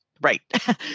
Right